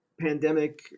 pandemic